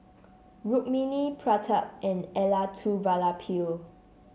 Rukmini Pratap and Elattuvalapil